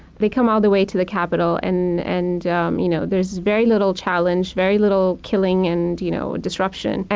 they'd come all the way to the capital and and um you know there's very little challenge, very little killing and you know disruption. and